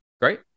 great